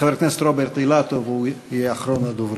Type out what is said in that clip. חבר הכנסת רוברט אילטוב יהיה אחרון הדוברים.